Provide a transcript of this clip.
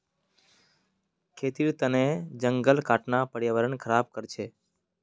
खेतीर तने जंगल काटना पर्यावरण ख़राब कर छे